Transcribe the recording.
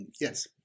Yes